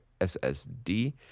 SSD